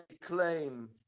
claim